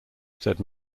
said